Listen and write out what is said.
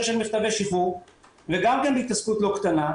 של מכתבי שחרור וגם בהתעסקות לא קטנה,